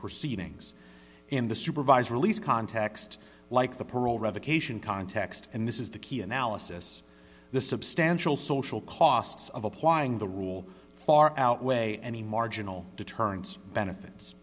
proceedings in the supervised release context like the parole revocation context and this is the key analysis the substantial social costs of applying the rule far outweigh any marginal deterrence benefits